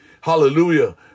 hallelujah